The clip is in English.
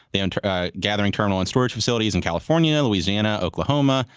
they own gathering terminals and storage facilities in california, louisiana, oklahoma,